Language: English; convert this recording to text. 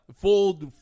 Full